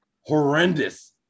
horrendous